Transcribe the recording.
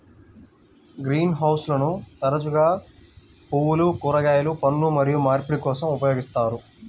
green హౌస్లను తరచుగా పువ్వులు, కూరగాయలు, పండ్లు మరియు మార్పిడి కోసం ఉపయోగిస్తారు